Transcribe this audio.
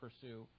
pursue